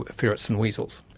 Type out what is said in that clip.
ah ferrets and weasels.